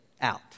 out